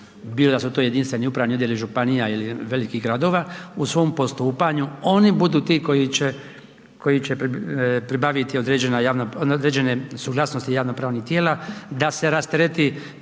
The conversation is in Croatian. bila su to jedinstveni upravni odjeli županija ili velikih gradova, u svom postupanju, oni budu ti koji će pribaviti određene suglasnosti javnopravnih tijela da se rastereti